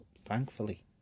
thankfully